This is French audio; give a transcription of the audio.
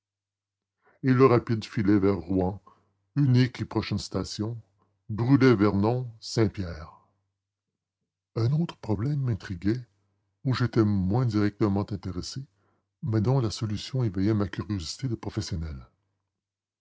et le rapide filait vers rouen unique et prochaine station brûlait vernon saint-pierre un autre problème m'intriguait où j'étais moins directement intéressé mais dont la solution éveillait ma curiosité de professionnel